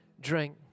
drink